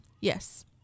Yes